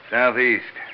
Southeast